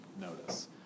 notice